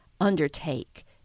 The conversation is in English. undertake